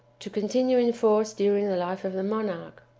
to continue in force during the life of the monarch.